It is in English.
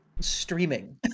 streaming